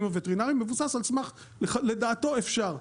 הווטרינריים מבוסס על סמך שלדעתו אפשר,